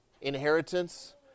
inheritance